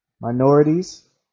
Minorities